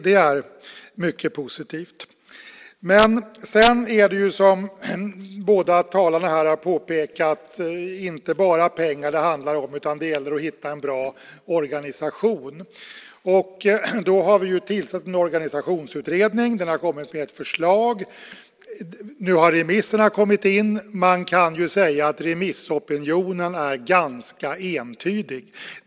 Det är mycket positivt. Men som båda talarna har påpekat handlar det inte bara om pengar. Det gäller att hitta en bra organisation. Vi har tillsatt en organisationsutredning. Den har kommit med ett förslag. Nu har remissvaren kommit in. Man kan säga att remissopinionen är ganska entydig.